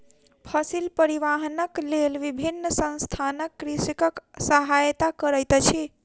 फसिल परिवाहनक लेल विभिन्न संसथान कृषकक सहायता करैत अछि